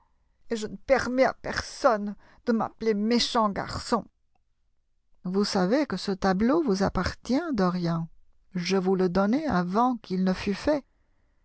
et je ne permets à personne de m'appeler méchant garçon vous savez que ce tableau vous appartient dorian je vous le donnai avant qu'il ne fût fait